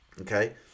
Okay